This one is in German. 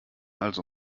also